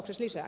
kiitos